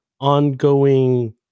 ongoing